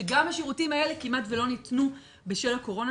שגם השירותים האלה כמעט לא ניתנו בשל הקורונה,